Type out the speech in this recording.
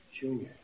Junior